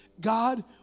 God